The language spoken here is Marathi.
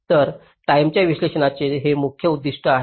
तर टाईमच्या विश्लेषणाचे हे मुख्य उद्दीष्ट आहे